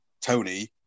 Tony